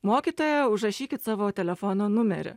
mokytoja užrašykit savo telefono numerį